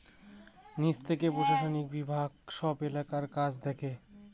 নিজে থেকে প্রশাসনিক বিভাগ সব এলাকার কাজ দেখে